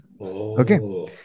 Okay